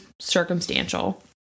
circumstantial